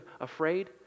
afraid